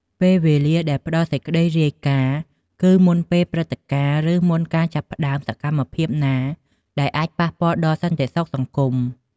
ពេលវេលាដែលផ្តល់សេចក្តីរាយការណ៍គឺ មុនពេលព្រឹត្តិការណ៍ ឬមុនការចាប់ផ្តើមសកម្មភាពណាដែលអាចប៉ះពាល់ដល់សន្តិសុខសង្គម។